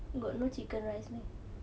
got no chicken rice meh